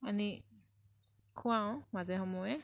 আনি খোৱাওঁ মাজে সময়ে